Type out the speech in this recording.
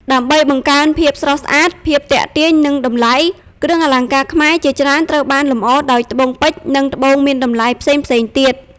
ដើម្បីបង្កើនភាពស្រស់ស្អាត ភាពទាក់ទាញ និងតម្លៃ គ្រឿងអលង្ការខ្មែរជាច្រើនត្រូវបានលម្អដោយ ត្បូងពេជ្រ និង ត្បូងមានតម្លៃ ផ្សេងៗទៀត។